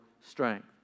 strength